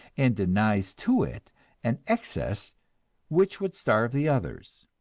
and denies to it an excess which would starve the others.